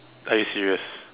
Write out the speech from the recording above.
are you serious